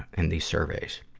and these surveys.